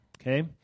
okay